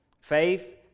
Faith